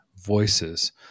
voices